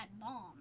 bomb